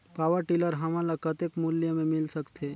Power tiller हमन ल कतेक मूल्य मे मिल सकथे?